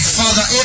father